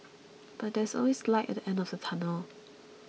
but there is always light at the end of the tunnel